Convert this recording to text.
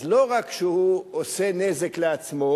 אז לא רק שהוא עושה נזק לעצמו,